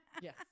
Yes